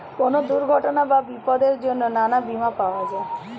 কোন দুর্ঘটনা বা বিপদের জন্যে নানা বীমা পাওয়া যায়